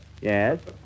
Yes